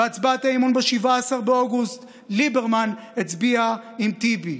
בהצבעת האי-אמון ב-17 באוגוסט ליברמן הצביע עם טיבי.